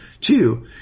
Two